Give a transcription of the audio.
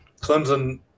Clemson